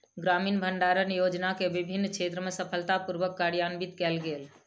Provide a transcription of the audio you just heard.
ग्रामीण भण्डारण योजना के विभिन्न क्षेत्र में सफलता पूर्वक कार्यान्वित कयल गेल